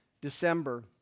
December